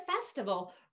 festival